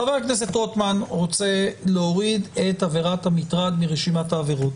חבר הכנסת רוטמן רוצה להוריד את עבירת המטרד מרשימת העבירות.